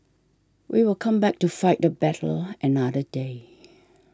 we will come back to fight the battle another day